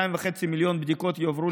2.5 מיליון בדיקות יועברו